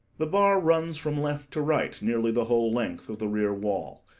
the bar runs from left to right nearly the whole length of the rear wall.